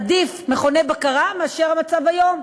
עדיף מכוני בקרה מאשר המצב היום,